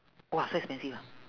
!wah! so expensive ah